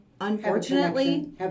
unfortunately